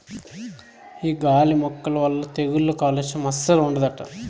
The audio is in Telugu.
ఈ గాలి మొక్కల వల్ల తెగుళ్ళు కాలుస్యం అస్సలు ఉండదట